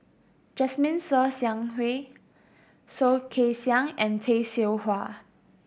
Jasmine Ser Xiang Wei Soh Kay Siang and Tay Seow Huah